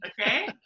Okay